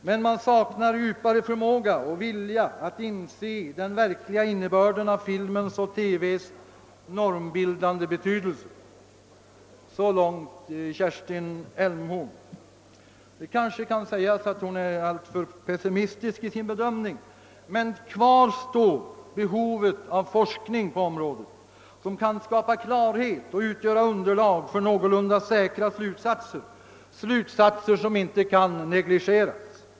Men man saknar djupare förmåga och vilja att inse den verkliga innebörden av filmens och TV:s normbildande betydelse.» Det kan kanske sägas att Kerstin Elmhorn är alltför pessimistisk i sin bedöm beteenden och handlingsmönster ning. Men kvar står behovet av forskning på området som kan skapa klarhet och utgöra underlag för någorlunda säkra slutsatser, slutsatser som inte kan negligeras.